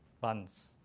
Buns